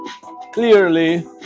clearly